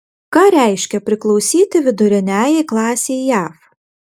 ką reiškia priklausyti viduriniajai klasei jav